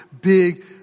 big